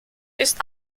ist